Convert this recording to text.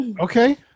Okay